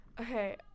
Okay